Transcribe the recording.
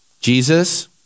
Jesus